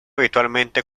habitualmente